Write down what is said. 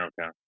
Okay